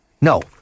no